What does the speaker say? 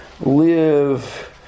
live